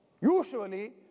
Usually